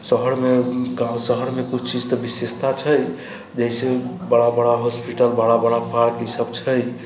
शहरमे गाँव शहरमे किछु चीज तऽ विशेषता छै जे से बड़ा बड़ा हॉस्पिटल बड़ा बड़ा पार्क ई सब छै